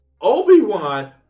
Obi-Wan